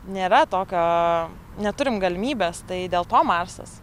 nėra tokio neturim galimybės tai dėl to marsas